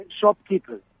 shopkeepers